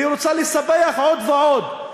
היא רוצה לספח עוד ועוד,